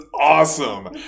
awesome